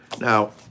Now